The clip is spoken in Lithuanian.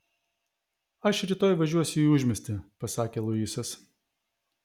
aš rytoj važiuosiu į užmiestį pasakė luisas